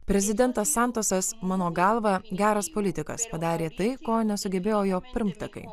prezidentas santosas mano galva geras politikas padarė tai ko nesugebėjo jo pirmtakai